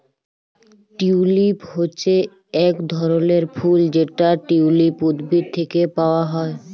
tulip হচ্যে এক ধরলের ফুল যেটা টিউলিপ উদ্ভিদ থেক্যে পাওয়া হ্যয়